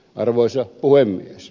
arvoisa puhemies